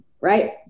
right